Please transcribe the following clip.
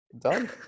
done